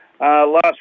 last